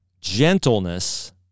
gentleness